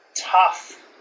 tough